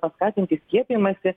paskatinti skiepijamąsi